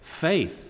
faith